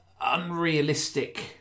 unrealistic